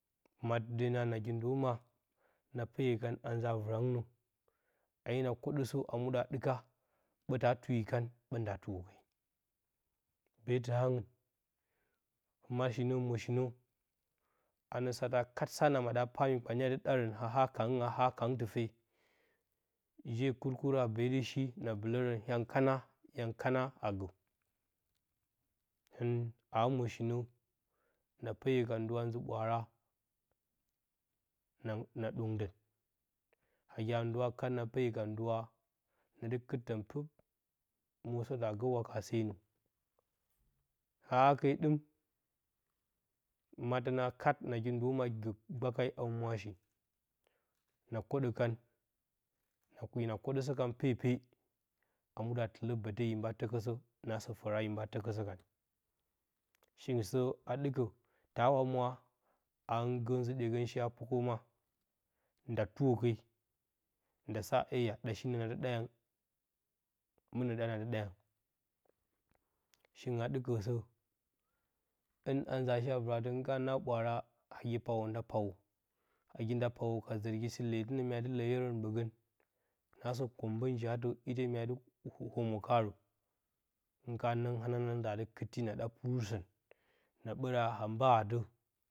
Himat de na nagi ndoma, na peyo kan a nzaa virangnə, a hina koɗoza a muɗa ɗɨka ɓə nda tuuwi ke ta tuwii kan ɓə nda tuwo ke betɨ hangɨn, himashi nə moshinə anə sato kat sa na maɗaa pa mi kpanye adɨ a haa kanghaa a kang tɨfe, je kurku a bee dɨ shi na bɨlərə yang kana yang kana agə hɨn a moshinə na peyo ka ndɨwa nzə ɓwaara na hɨn na ɗongdə nagi a ndonhaa kat pa peyo ka ndɨwa nadɨ kɨt tən pɨp mosətə a gə wakasenə a hake ɗɨm himatə na katnagi ndoma gə gbakai, a huwwashi na koof na kodəkan hina koɗəsə kan pepe a musa koɗə bəte hin ɓa təkəsə nansə fəra hin ɓa təkəsə kan shingɨn sə a dɨɨkə ta wa mwa, hɨn gə nzə dye gənshi a pukə ma nda tuuwo ke nadɨ ɗa yang man nə ɗa naɓə dɨ ɗa yang, shingin a ɗɨrə sə hɨn a nzaa shi a vɨratə, hɨn kana na ɓwa ara nagi pawo nda pawo nagi nda pawo ka zərgi sə lee tɨnə mga dɨ leeyərən ɓəagən naasə koombə njiyatə ite mya dɨ omwo kaarə hɨn kana nan hananangtə a dɨ kɨtti, na ɗa purusən na ɓəraa a mbaa ɓəədə.